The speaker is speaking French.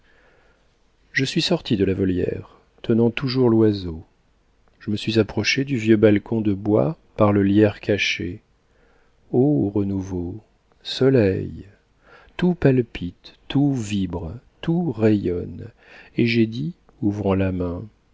je suis sorti de la volière tenant toujours l'oiseau je me suis approché du vieux balcon de bois par le lierre caché ô renouveau soleil tout palpite tout vibre tout rayonne et j'ai dit ouvrant la main